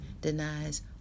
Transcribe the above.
denies